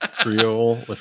Creole